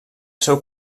seu